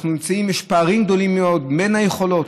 יש פערים גדולים מאוד בין היכולות,